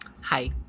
Hi